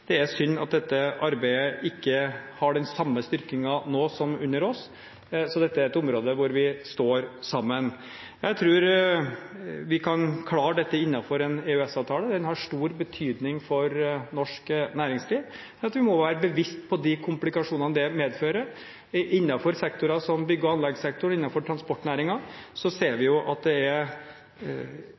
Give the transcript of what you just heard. Det er synd at dette arbeidet ikke har den samme styrkingen nå som under oss, så dette er et område hvor vi står sammen. Jeg tror vi kan klare dette innenfor en EØS-avtale, den har stor betydning for norsk næringsliv. Men vi må være bevisst på de komplikasjonene det medfører. Innenfor sektorer som bygg- og anleggssektoren og transportnæringen ser vi at det er